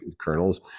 kernels